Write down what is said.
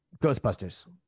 ghostbusters